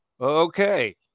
Okay